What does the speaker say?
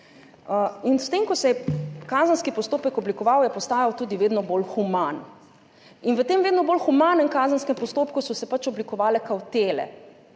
S tem, ko se je kazenski postopek oblikoval, je postajal tudi vedno bolj human. V tem vedno bolj humanem kazenskem postopku so se pač oblikovale kavtele,